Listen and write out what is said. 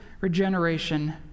regeneration